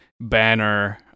banner